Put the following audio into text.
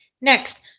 next